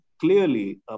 clearly